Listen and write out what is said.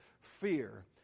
fear